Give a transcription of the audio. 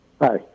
Hi